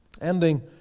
Ending